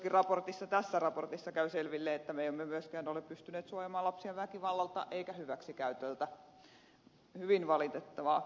myöskin tässä raportissa käy selville että me emme ole pystyneet suojaamaan lapsia väkivallalta ja hyväksikäytöltä hyvin valitettavaa